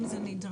אם זה נדרש,